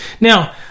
now